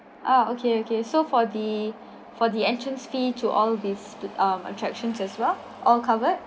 ah okay okay so for the for the entrance fee to all these uh attractions as well all covered